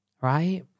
Right